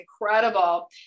incredible